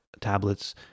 tablets